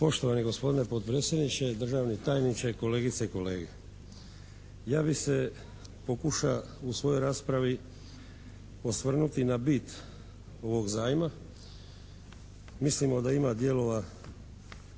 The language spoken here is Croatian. Poštovani gospodine potpredsjedniče, državni tajniče, kolegice i kolege. Ja bih se pokuša u svojoj raspravi osvrnuti na bit ovog zajma, mislimo da ima dijelova